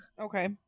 Okay